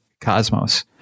Cosmos